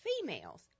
females